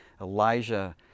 Elijah